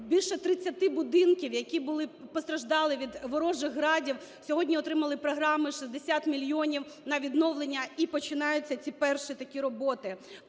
більше 30 будинків, які були постраждалі від ворожих "Градів", сьогодні отримали програми – 60 мільйонів на відновлення, і починаються ці перші такі роботи.